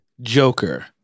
Joker